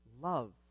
love